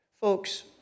Folks